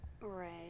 right